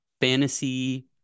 fantasy